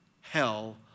hell